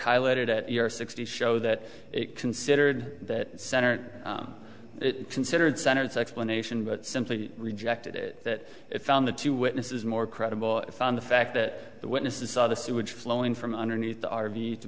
highlighted at your sixty show that considered that center considered center it's explanation but simply rejected it that it found the two witnesses more credible than the fact that the witnesses saw the sewage flowing from underneath the r v to